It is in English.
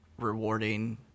rewarding